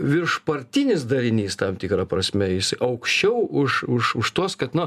virš partinis darinys tam tikra prasme jis aukščiau už už už tuos kad nu